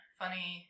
funny